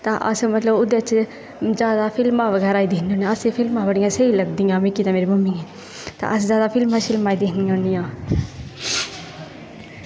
तां अस मतलब ओह्दे च अस फिल्मां जादै दिक्खनै होने तां असेंगी फिल्मां बड़ियां स्हेई लगदियां मिगी ते मेरी मम्मियै गी तां अस जादै फिल्मां ई दिक्खनियां होनियां